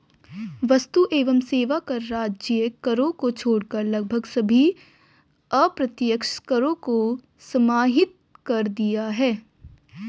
वस्तु एवं सेवा कर राज्य करों को छोड़कर लगभग सभी अप्रत्यक्ष करों को समाहित कर दिया है